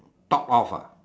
thought off ah